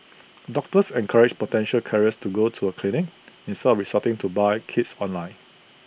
doctors encouraged potential carriers to go to A clinic instead of resorting to buying kits online